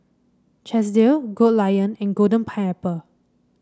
Chesdale Goldlion and Golden Pineapple